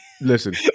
Listen